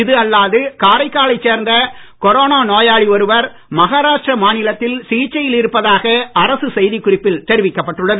இது அல்லாது காரைக்காலைச் சேர்ந்த கொரோனா நோயாளி ஒருவர் மகாராஷ்டிர மாநிலத்தில் சிகிச்சையில் இருப்பதாக அரசு செய்தி குறிப்பில் தெரிவிக்கப்பட்டுள்ளது